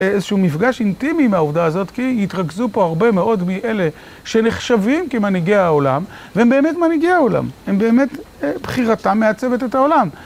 איזשהו מפגש אינטימי מהעובדה הזאת, כי יתרכזו פה הרבה מאוד מאלה שנחשבים כמנהיגי העולם, והם באמת מנהיגי העולם, הם באמת, בחירתם מעצבת את העולם.